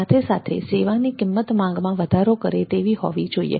સાથે સાથે સેવાની કિંમત માંગમાં વધારો કરે તેવી હોવી જોઈએ